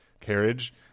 carriage